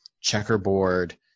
checkerboard